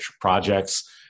projects